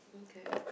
okay